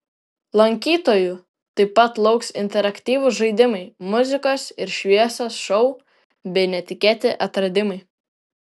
lankytojų taip pat lauks interaktyvūs žaidimai muzikos ir šviesos šou bei netikėti atradimai